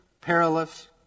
perilous